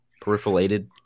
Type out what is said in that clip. peripheralated